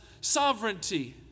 sovereignty